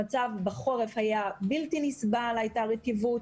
המצב בחורף היה בלתי נסבל הייתה רטיבות,